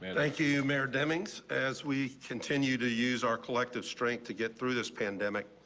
and thank you mayor demings as we continue to use our collective strength to get through this pandemic.